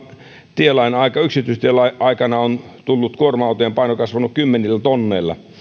yksityistielain aikana kuorma autojen paino on kasvanut kymmenillä tonneilla